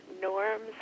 norms